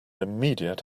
immediate